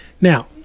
Now